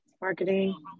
Marketing